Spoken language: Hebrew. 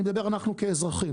אני מדבר 'אנחנו' כאזרחים.